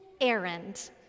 errand